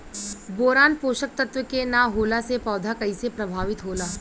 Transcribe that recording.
Boron पोषक तत्व के न होला से पौधा कईसे प्रभावित होला?